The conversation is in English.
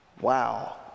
Wow